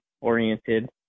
oriented